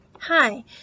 Hi